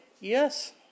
Yes